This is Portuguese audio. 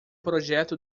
projeto